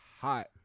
hot